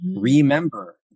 remember